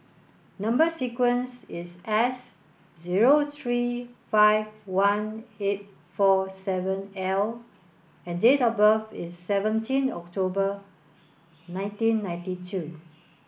number sequence is S zero three five one eight four seven L and date of birth is seventeen October nineteen ninety two